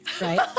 right